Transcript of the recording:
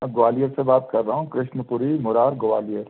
अब ग्वालियर से बात कर रहा हूँ कृष्णपुरी मुरार ग्वालियर